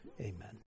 amen